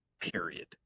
period